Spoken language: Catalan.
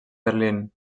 berlín